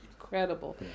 incredible